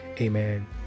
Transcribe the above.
amen